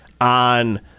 on